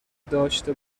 داشته